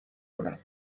کنم